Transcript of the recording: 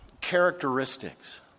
characteristics